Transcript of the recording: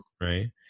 right